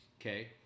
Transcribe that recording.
okay